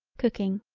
cooking.